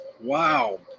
Wow